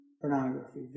pornography